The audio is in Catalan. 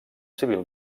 civil